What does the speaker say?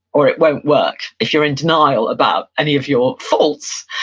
or it won't work. if you're in denial about any of your faults,